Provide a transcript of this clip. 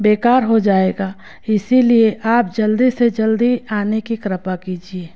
बेकार हो जाएगा इसलिए आप जल्दी से जल्दी आने की कृपा कीजिए